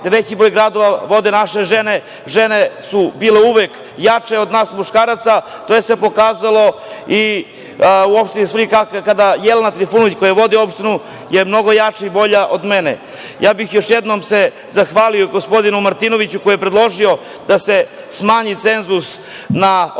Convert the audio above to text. veći broj gradova vode naše žene. Žene su bile uvek jače od nas muškaraca. To se pokazalo i u opštini Svrljig, jer Jelena Trifunović vodi opštinu i mnogo je jača i bolja od mene. Još jednom bih se zahvalio gospodinu Martinoviću koji je predložio da se smanji cenzus od 5% na